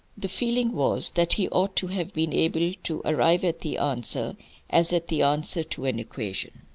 the feeling was that he ought to have been able to arrive at the answer as at the answer to an equation.